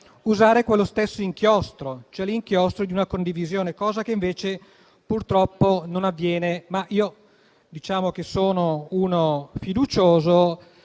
riforme quello stesso inchiostro, cioè l'inchiostro di una condivisione. Cosa che invece purtroppo non avviene. Io sono però fiducioso